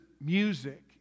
music